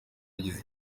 yagize